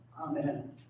Amen